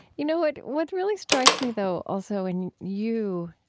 you know what, what really strikes me though, also in you,